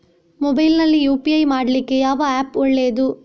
Mobile ನಲ್ಲಿ UPI ಮಾಡ್ಲಿಕ್ಕೆ ಯಾವ ಆ್ಯಪ್ ಒಳ್ಳೇದು?